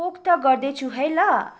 पोख्त गर्दैछु है ल